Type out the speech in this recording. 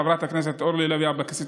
חברת הכנסת אורלי לוי אבקסיס,